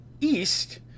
east